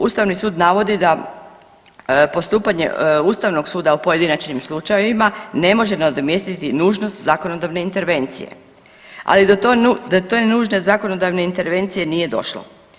Ustavni sud navodi da postupanje Ustavnog suda u pojedinačnim slučajevima ne može nadomjestiti nužnost zakonodavne intervencije ali do te nužne zakonodavne intervencije nije došlo.